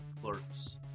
Clerks